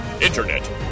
Internet